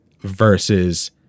versus